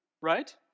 Right